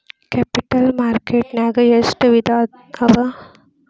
Capital market ನ್ಯಾಗ್ ಎಷ್ಟ್ ವಿಧಾಅವ?